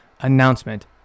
announcement